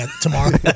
tomorrow